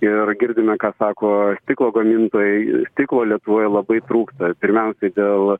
ir girdime ką sako stiklo gamintojai stiklo lietuvoje labai trūksta pirmiausiai dėl